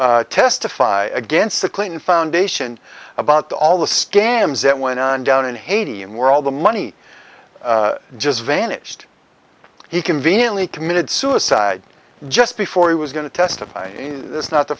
to testify against the clinton foundation about all the scams that went on down in haiti and were all the money just vanished he conveniently committed suicide just before he was going to testify this is not the